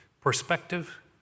perspective